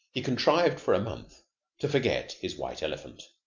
he contrived for a month to forget his white elephant.